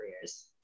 careers